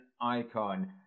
icon